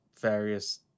various